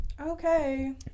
Okay